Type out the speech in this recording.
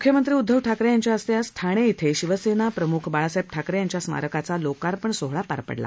मुख्यमंत्री उद्धव ठाकरे यांच्या हस्ते आज ठाणे इथं शिवसेनाप्रमुख बाळासाहेब ठाकरे यांच्या स्मारकाचा लोकार्पण सोहळा पार पडला